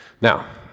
Now